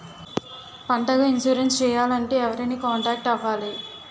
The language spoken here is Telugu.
పంటకు ఇన్సురెన్స్ చేయాలంటే ఎవరిని కాంటాక్ట్ అవ్వాలి?